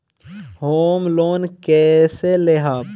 Home loan कैसे लेहम?